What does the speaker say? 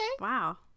wow